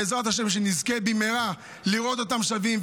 בעזרת השם נזכה במהרה לראות אותם שבים,